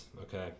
okay